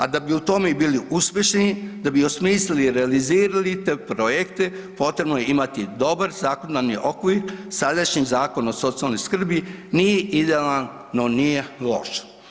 A da bi u tome i bili uspješni, da bi osmislili i realizirali te projekte potrebno je imati dobar zakonodavni okvir, sadašnjim Zakon o socijalnoj skrbi nije idealan, no nije loš.